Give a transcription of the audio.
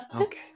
Okay